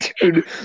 Dude